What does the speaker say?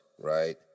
right